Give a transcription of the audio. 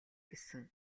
гэсэн